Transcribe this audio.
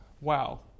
wow